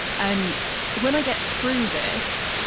um when i get through this,